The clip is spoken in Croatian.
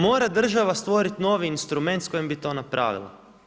Mora država stvoriti novi instrument s kojim bi to napravila.